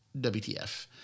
WTF